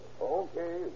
Okay